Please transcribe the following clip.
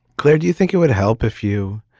claire, do you think it would help if you.